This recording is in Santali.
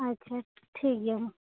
ᱟᱪᱪᱷᱟ ᱴᱷᱤᱠ ᱜᱮᱭᱟ ᱢᱟ